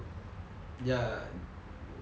ya